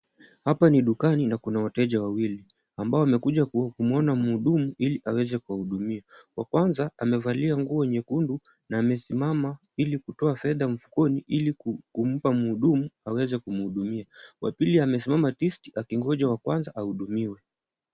Hapa ni dukani na kuna wateja wawili ambao wamekuja kumwona mhudumu ili aweze kuwahudumia. Wa kwanza amevalia nguo nyekundu na amesimama ili kutoa fedha mfukoni ili kumpa mhudumu aweze kumhudumia. Wa pili amesimama tisti akingonja wa kwanza ahudumiwe.